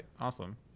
awesome